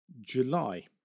July